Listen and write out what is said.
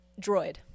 droid